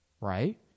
right